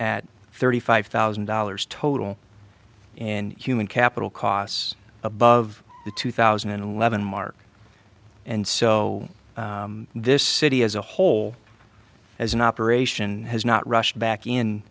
at thirty five thousand dollars total and human capital costs above the two thousand and eleven mark and so this city as a whole as an operation has not rushed back in